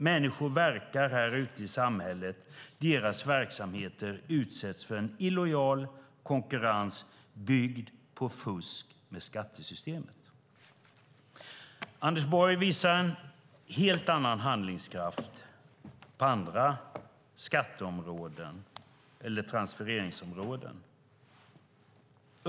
Människor verkar ute i samhället, och deras verksamheter utsätts för illojal konkurrens byggd på fusk med skattesystemet. Anders Borg visar en helt annan handlingskraft på andra skatteområden eller transfereringsområden.